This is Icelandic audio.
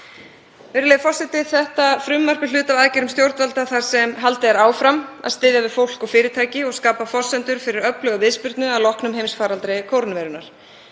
Virðulegi forseti. Þetta frumvarp er hluti af aðgerðum stjórnvalda þar sem haldið er áfram að styðja við fólk og fyrirtæki og skapa forsendur fyrir öfluga viðspyrnu að loknum heimsfaraldri kórónuveirunnar.